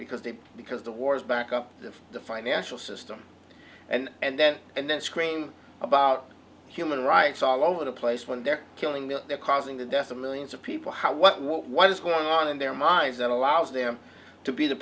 because they because the wars back up the financial system and and then and then scream about human rights all over the place when they're killing that they're causing the deaths of millions of people how what what what is going on in their minds that allows them to be the